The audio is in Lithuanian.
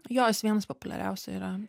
jo jis vienas populiariausių yra